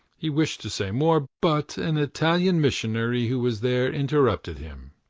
he wished to say more, but an italian missionary who was there interrupted him.